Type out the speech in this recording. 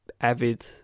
avid